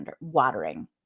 watering